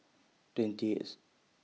twenty eighth